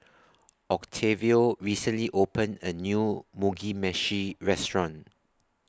Octavio recently opened A New Mugi Meshi Restaurant